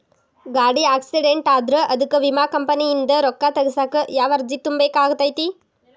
ಗಾಡಿ ಆಕ್ಸಿಡೆಂಟ್ ಆದ್ರ ಅದಕ ವಿಮಾ ಕಂಪನಿಯಿಂದ್ ರೊಕ್ಕಾ ತಗಸಾಕ್ ಯಾವ ಅರ್ಜಿ ತುಂಬೇಕ ಆಗತೈತಿ?